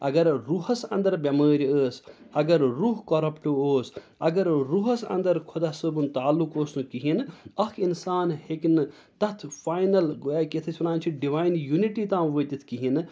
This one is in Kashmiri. اگر روحَس اَنٛدر بٮ۪مٲرۍ ٲس اگر روح کۄرَپٹ اوس اگر روحس اَنٛدر خۄدا صٲبُن تعلُق اوس نہٕ کِہیٖنۍ نہٕ اَکھ اِنسان ہیٚکہِ نہٕ تَتھ فاینَل گویا کہِ یتھ أسۍ وَنان چھِ ڈِوایِن یُنِٹی تام وٲتِتھ کِہیٖنۍ نہٕ